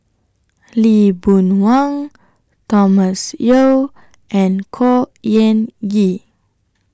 Lee Boon Wang Thomas Yeo and Khor Ean Ghee